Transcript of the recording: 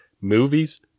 Movies